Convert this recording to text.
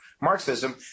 Marxism